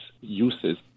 uses